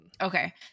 Okay